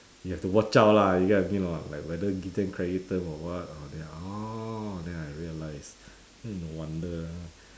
you have to watch out lah you get what I mean or not like whether give them credit term or what orh then I orh then I realised no wonder lah